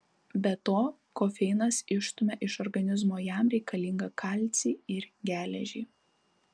be to kofeinas išstumia iš organizmo jam reikalingą kalcį ir geležį